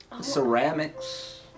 Ceramics